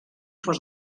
fos